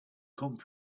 come